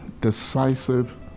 Decisive